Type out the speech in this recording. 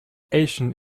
ancient